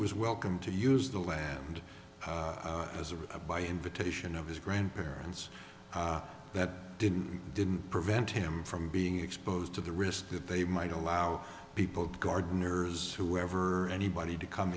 was welcome to use the land as a by invitation of his grandparents that didn't didn't prevent him from being exposed to the risk that they might allow people gardeners whoever anybody to come